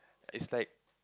it's like